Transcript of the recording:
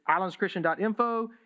islandschristian.info